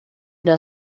der